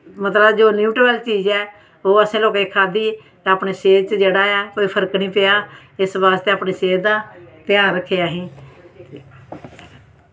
मतलब जो न्यूट्रल चीज ऐ ओह् असें लोकें खाद्धी अपनी सेह्त च जेह्ड़ा ऐ कोई फर्क निं पेआ इस बास्तै अपनी सेह्त दा ध्यान रक्खेआ अहीं